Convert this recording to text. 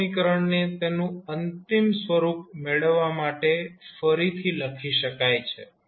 આ સમીકરણને તેનું અંતિમ સ્વરૂપ મેળવવા માટે ફરીથી લખી શકાય છે